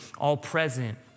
all-present